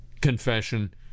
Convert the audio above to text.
confession